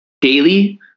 daily